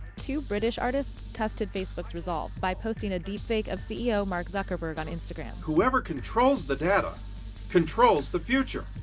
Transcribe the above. two british artists tested facebook resolve by posting a deepfake of ceo mark zuckerberg on instagram. whoever controls the data controls the future.